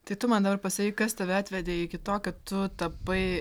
tai tu man dabar pasakyk kas tave atvedė iki to kad tu tapai